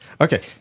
Okay